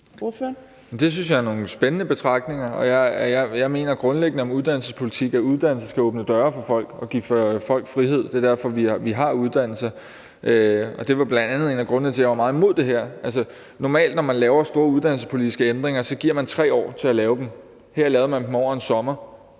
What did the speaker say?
Det synes jeg er nogle spændende betragtninger, og jeg mener grundlæggende som uddannelsespolitiker, at uddannelse skal åbne døre for folk og give folk frihed. Det er derfor, vi har uddannelser. Det var bl.a. en af grundene til, at jeg var meget imod det her loft. Altså, når man laver store uddannelsespolitiske ændringer, giver man normalt 3 år til at lave dem, men her lavede man dem over en sommer,